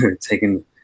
taking